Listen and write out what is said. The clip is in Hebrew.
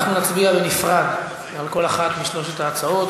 אנחנו נצביע בנפרד על כל אחת משלוש ההצעות.